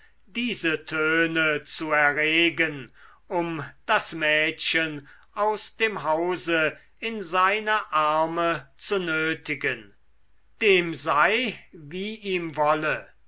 diese töne zu erregen um das mädchen aus dem hause in seine arme zu nötigen dem sei wie ihm wolle